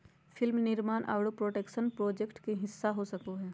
film निर्माण आरो production project के हिस्सा हो सको हय